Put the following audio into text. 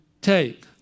take